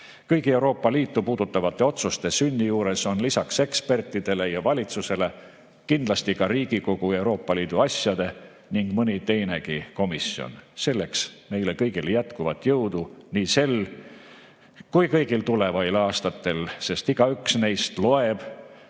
Euroopa Liitu puudutavate otsuste sünni juures on lisaks ekspertidele ja valitsusele kindlasti ka Riigikogu Euroopa Liidu asjade ning mõni teinegi komisjon. Selleks meile kõigile jätkuvat jõudu nii sel kui kõigil tulevatel aastatel, sest igaüks neist loeb,